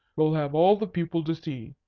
we'll have all the people to see.